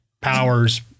powers